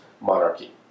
monarchy